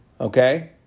Okay